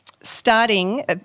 starting